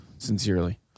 Sincerely